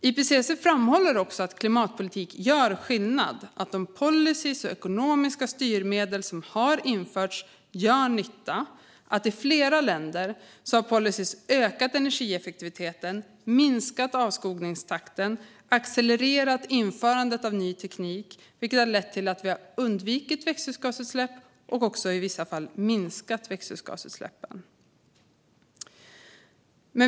IPCC framhåller också att klimatpolitik gör skillnad, att de policyer och ekonomiska styrmedel som har införts gör nytta och att policyer i flera länder har ökat energieffektiviteten, minskat avskogningstakten och accelererat införandet av ny teknik, vilket har lett till att vi har undvikit växthusgasutsläpp och i vissa fall också minskat växthusgasutsläppen.